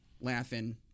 laughing